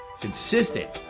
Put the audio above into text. Consistent